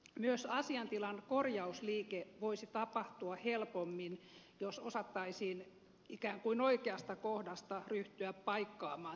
myös asiantilan korjausliike voisi tapahtua helpommin jos osattaisiin ikään kuin oikeasta kohdasta ryhtyä paikkaamaan tilkkutäkkiä